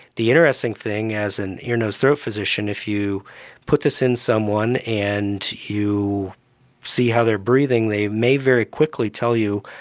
the interesting thing as an ear, nose, throat physician, if you put this in the someone and you see how they are breathing, they may very quickly tell you,